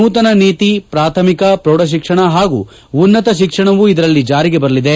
ನೂತನ ನೀತಿ ಪಾಥಮಿಕ ಪ್ರೌಢುಕ್ಷಣ ಹಾಗೂ ಉನ್ನತ ಶಿಕ್ಷಣವೂ ಇದರಲ್ಲಿ ಜಾರಿಗೆ ಬರಲಿದೆ